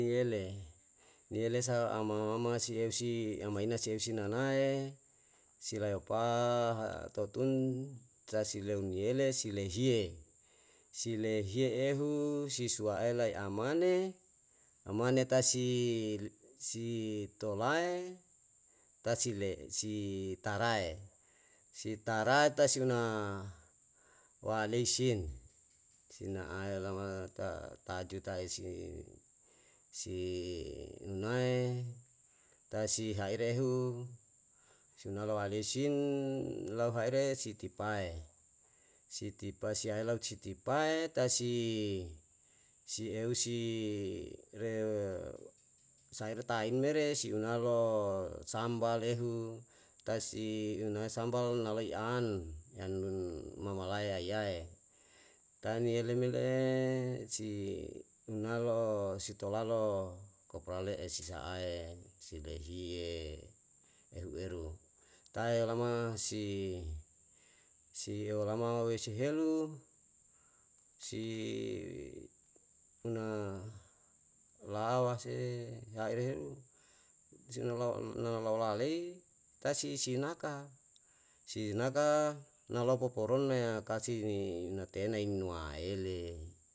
niele sa ama ama si eusi amainasi eusi nanae si layo paha totun ta si leu niyele si lehiye, si lehiye ehu, si suwae lai amane, amane ta si, si tolae, ta sile, si tarae. si tarae tae si una waele sin, sina ae lama ta tajutae si, si unae tae si haerehu si unae waelesin lau haere si tipae, si tipae siyae lau si tipae tae si eu si re saire taim mere, si unalo sambal ehu, tae si unae sambal na lai an, yan mamalaya iyae. Taniyele mele si unalo'o si tola lo'o kopra le'e si saae, si lehiye, ehu eru. Tae lama si. si olama oe si helu, si una lawa se, yaere heru, sinolou, nonolou lalei taesi isinaka, si inaka na lau poporon neya kasi ninatena innuele